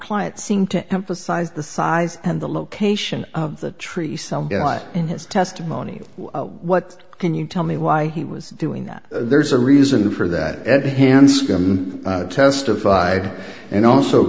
client seemed to emphasize the size and the location of the tree some in his testimony what can you tell me why he was doing that there's a reason for that at hanscom testified and also